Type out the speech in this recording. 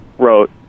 Wrote